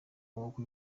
maboko